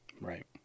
Right